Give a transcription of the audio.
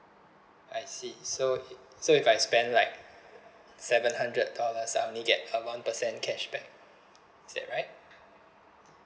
I see so so if I spend like seven hundred dollars I only get a one percent cashback is that right